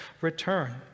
return